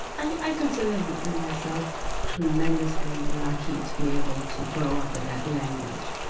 i i consider myself tremendously lucky to be able to grow up with that language.